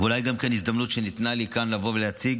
אולי זאת גם הזדמנות שניתנה לי כאן לבוא ולהציג